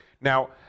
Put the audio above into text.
Now